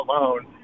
alone